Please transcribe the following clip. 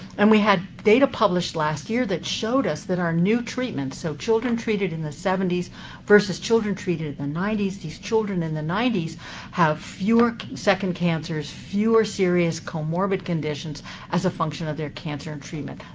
and we had data published last year that showed us that our new treatments, so children treated in the seventy s versus children treated in the ninety s, these children in the ninety s have fewer second cancers, fewer serious comorbid conditions as a function of their cancer and treatment.